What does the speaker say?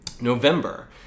November